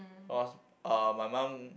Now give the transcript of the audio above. cause uh my mum